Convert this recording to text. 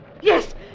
Yes